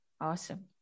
Awesome